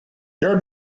your